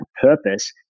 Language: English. purpose